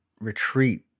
retreat